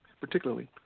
particularly